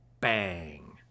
Bang